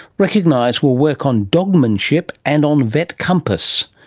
recognised were work on dogmanship and on vetcompass,